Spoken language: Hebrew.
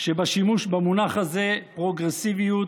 שבשימוש במונח הזה "פרוגרסיביות"